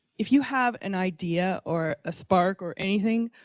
if you have an idea or a spark or anything,